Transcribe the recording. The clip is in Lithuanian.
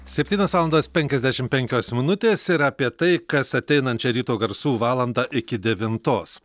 septynios valandos penkiasdešim penkios minutės ir apie tai kas ateinančią ryto garsų valandą iki devintos